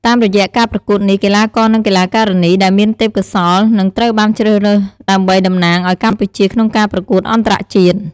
តាមរយៈការប្រកួតនេះ កីឡាករនិងកីឡាការិនី ដែលមានទេពកោសល្យនឹងត្រូវបានជ្រើសរើសដើម្បីតំណាងឱ្យកម្ពុជាក្នុងការប្រកួតអន្តរជាតិ។